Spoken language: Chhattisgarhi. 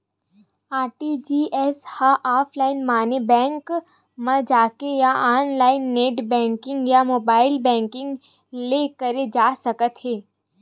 आर.टी.जी.एस ह ऑफलाईन माने बेंक म जाके या ऑनलाईन नेट बेंकिंग या मोबाईल बेंकिंग ले करे जा सकत हे